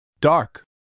Dark